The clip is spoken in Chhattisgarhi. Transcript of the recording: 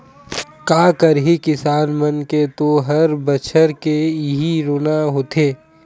का करही किसान मन के तो हर बछर के इहीं रोना होथे